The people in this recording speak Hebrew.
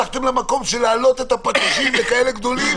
הלכתם למקום של הגדלת הפטישים לכאלה גדולים